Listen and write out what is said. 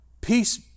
peace